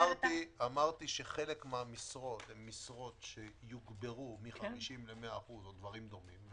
אמרתי שחלק מהמשרות יוגברו מ-50% ל-100% או דברים גדומים,